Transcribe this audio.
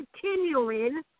continuing